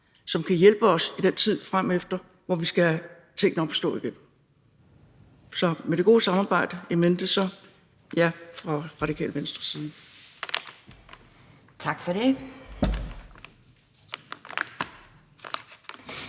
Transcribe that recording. som kan hjælpe os i den tid fremover, hvor vi skal have tingene op at stå igen. Så med det gode samarbejde in mente: Ja fra Radikale Venstres side. Kl.